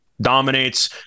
dominates